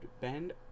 bend